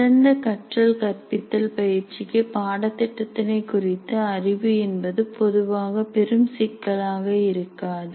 சிறந்த கற்றல் கற்பித்தல் பயிற்சிக்கு பாடத்திட்டத்தினை குறித்த அறிவு என்பது பொதுவாக பெரும் சிக்கலாக இருக்காது